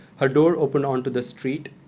her door opened onto the street,